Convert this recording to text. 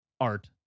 art